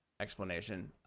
explanation